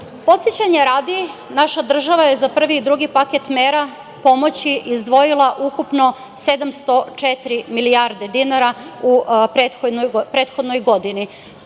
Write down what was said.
20%.Podsećanja radi naša država je za prvi i drugi paket mera pomoći izdvojila ukupno 704 milijarde dinara u prethodnoj godini.